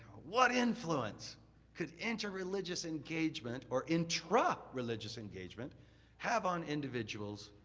what influence could interreligious engagement or intrareligious engagement have on individuals